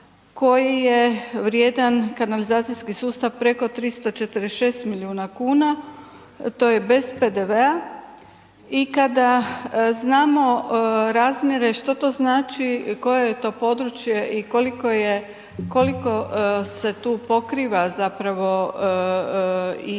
koji je vrijedan, kanalizacijski sustav preko 346 milijuna kuna, to je bez PDV-a i kada znamo razmjere što to znači, koje je to područje i koliko se tu pokriva zapravo i